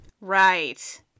Right